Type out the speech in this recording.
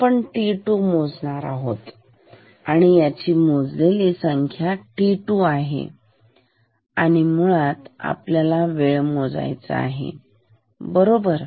आपण t2 मोजणार आहोत आणि याची मोजलेली संख्या t2 ही आहे आणि मुळात आपल्याला हा वेळ मोजायचा आहे बरोबर